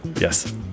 yes